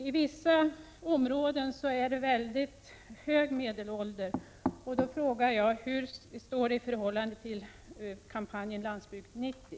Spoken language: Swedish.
I vissa områden är medelåldern mycket hög, och jag vill fråga vad detta betyder i förhållande till kampanjen Landsbygd 90.